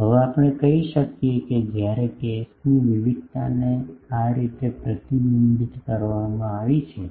હવે આપણે કહી શકીએ કે જ્યારે કેસની વિવિધતાને આ રીતે પ્રતિબંધિત કરવામાં આવી છે